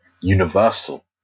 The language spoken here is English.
universal